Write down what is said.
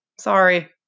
Sorry